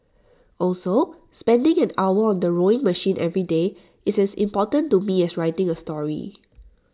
also spending an hour on the rowing machine every day is as important to me as writing A story